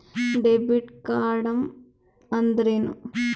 Debit ಕಾರ್ಡ್ಅಂದರೇನು?